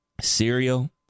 Cereal